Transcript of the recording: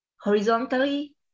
horizontally